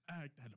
act